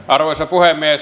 arvoisa puhemies